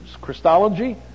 Christology